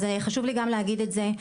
אז חשוב לי גם להגיד את זה,